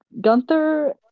Gunther